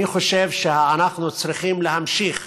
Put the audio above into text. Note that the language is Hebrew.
אני חושב שאנחנו צריכים להמשיך